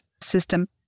system